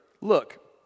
Look